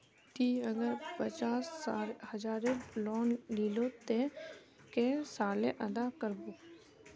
ती अगर पचास हजारेर लोन लिलो ते कै साले अदा कर बो?